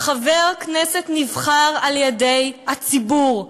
חבר כנסת נבחר על-ידי הציבור,